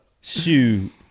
shoot